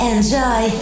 Enjoy